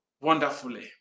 wonderfully